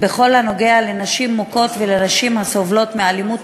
בכל הנוגע לנשים מוכות ולנשים הסובלות מאלימות